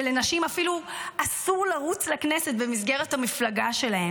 שלנשים אפילו אסור לרוץ לכנסת במסגרת המפלגה שלהם,